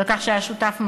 על כך שהיה שותף מלא,